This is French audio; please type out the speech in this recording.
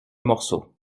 morceau